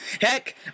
Heck